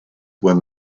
were